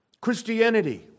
Christianity